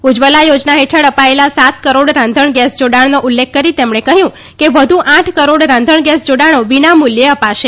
ઉજ્જવલા યોજના હેઠળ અ ાયેલા સાત કરોડ રાંધણ ગેસ જાડાણનો ઉલ્લેખ કરી તેમણે કહ્યું કે વધુ આઠ કરોડ રાંધણ ગેસ જાડાણો વિના મુલ્યે અ ાશે